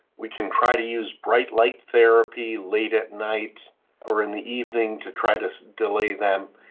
we can try to use bright light therapy late at night or in the evening to try to delay them.